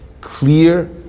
clear